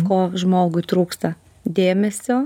ko žmogui trūksta dėmesio